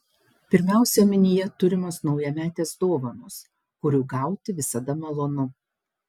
pirmiausia omenyje turimos naujametės dovanos kurių gauti visada malonu